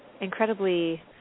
incredibly